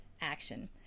action